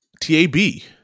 t-a-b